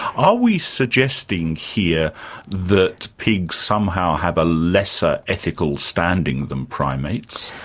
are we suggesting here that pigs somehow have a lesser ethical standing than primates?